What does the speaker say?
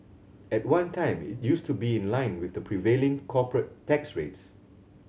at one time it used to be in line with the prevailing corporate tax rates